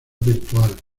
virtual